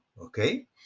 okay